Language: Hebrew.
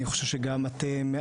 אני חושב שגם אתם,